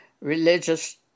religious